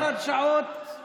יואב, בילינו ביחד שעות ארוכות.